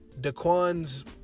daquan's